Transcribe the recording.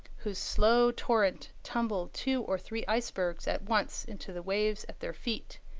whose slow torrent tumbled two or three icebergs at once into the waves at their feet,